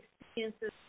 experiences